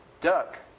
Duck